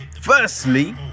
Firstly